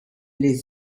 les